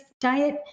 diet